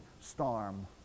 storm